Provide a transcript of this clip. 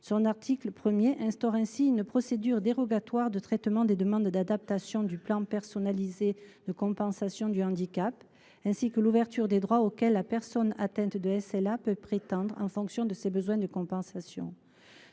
Son article 1 instaure ainsi une procédure dérogatoire de traitement des demandes d’adaptation du plan personnalisé de compensation du handicap pour l’ouverture des droits auxquels la personne atteinte de SLA peut prétendre, en fonction de ses besoins. Ce cadre